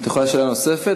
את יכולה שאלה נוספת.